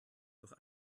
durch